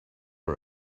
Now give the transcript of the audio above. all